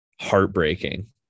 heartbreaking